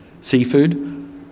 seafood